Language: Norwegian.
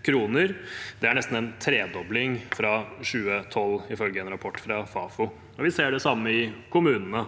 Det er nesten en tredobling fra 2012, ifølge en rapport fra Fafo. Vi ser det samme i kommunene.